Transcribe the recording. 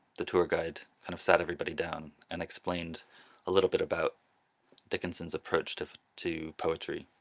the tour guide kind of sat everybody down and explained a little bit about dickinson's approach to to poetry